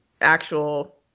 actual